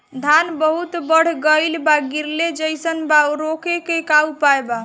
धान बहुत बढ़ गईल बा गिरले जईसन बा रोके क का उपाय बा?